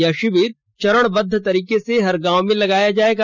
यह शिविर चरणबद्ध तरीके से हर गांव में लगाया जाएगा